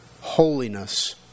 holiness